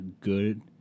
good